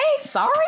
sorry